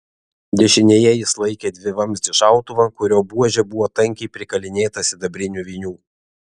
dešinėje jis laikė dvivamzdį šautuvą kurio buožė buvo tankiai prikalinėta sidabrinių vinių